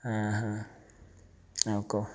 ହଁ ହଁ ହଁ କହ